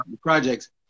projects